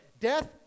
Death